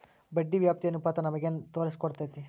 ಬಡ್ಡಿ ವ್ಯಾಪ್ತಿ ಅನುಪಾತ ನಮಗೇನ್ ತೊರಸ್ಕೊಡ್ತೇತಿ?